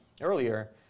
earlier